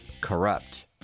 corrupt